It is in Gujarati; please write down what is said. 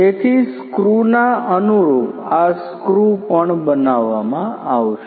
તેથી સ્ક્રૂના અનુરૂપ આ સ્ક્રૂ પણ બનાવવામાં આવશે